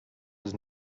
was